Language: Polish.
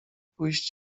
pójść